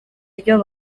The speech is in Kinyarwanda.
ryo